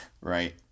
Right